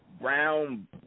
brown